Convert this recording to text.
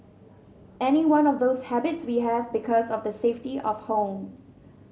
any one of those habits we have because of the safety of home